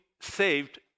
saved